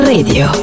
Radio